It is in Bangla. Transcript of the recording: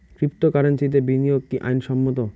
ক্রিপ্টোকারেন্সিতে বিনিয়োগ কি আইন সম্মত?